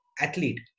athlete